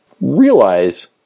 realize